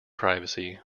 privacy